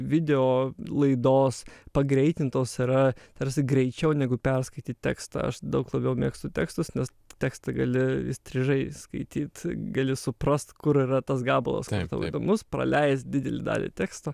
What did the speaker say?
video laidos pagreitintos yra tarsi greičiau negu perskaityt tekstą aš daug labiau mėgstu tekstus nes tekstą gali įstrižai skaityt gali suprast kur yra tas gabalas kur tau įdomus praleist didelę dalį teksto